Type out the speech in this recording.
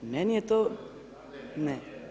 Meni je to, ne.